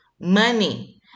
money